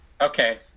Okay